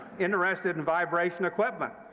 interested in vibration equipment.